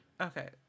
Okay